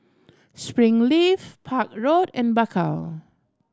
Springleaf Park Road and Bakau